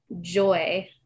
joy